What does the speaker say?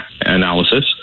analysis